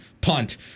Punt